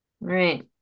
right